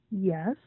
Yes